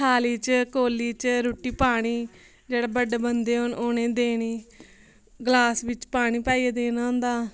थाली च कौली च रूट्टी पानी जेह्ड़े बड्ढे बंदे होन उ'नेंगी गी देनी ग्लास बिच्च पानी पाइयै देना होंदा